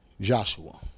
Joshua